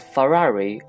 Ferrari